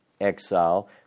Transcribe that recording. exile